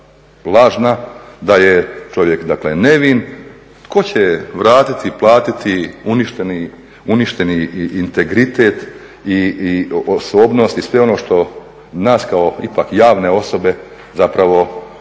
lažna, da je čovjek dakle nevin, tko će vratiti, platiti, uništeni integritet i osobnost i sve ono što nas kao ipak javne osobe zapravo,